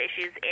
issues